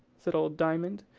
said old diamond.